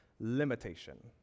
Limitation